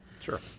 Sure